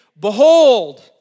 behold